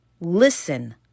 listen